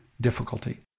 difficulty